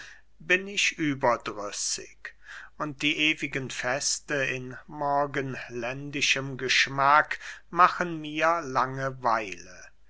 bin ich überdrüssig und die ewigen feste in morgenländischem geschmack machen mir